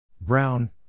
Brown